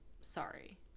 Sorry